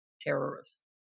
terrorists